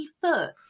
foot